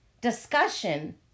discussion